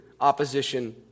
opposition